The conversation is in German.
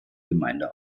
gemeinde